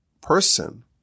person